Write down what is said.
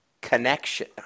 connection